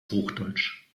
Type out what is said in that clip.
hochdeutsch